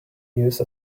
use